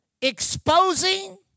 Exposing